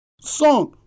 son